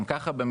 גם כך מתלוננים,